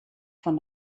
von